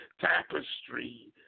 tapestry